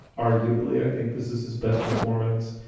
arguably, i think this is his best performance.